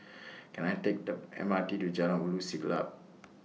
Can I Take The M R T to Jalan Ulu Siglap